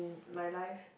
my life